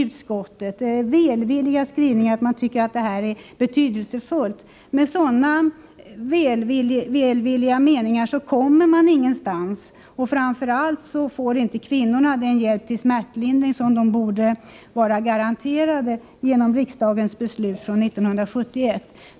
Utskottets skrivningar är visserligen välvilliga, och man säger att detta är betydelsefullt — men med sådana välvilliga meningar kommer man ingenstans, och framför allt får inte kvinnorna den hjälp till smärtlindring som de borde vara garanterade genom riksdagens beslut från 1971.